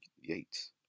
Yates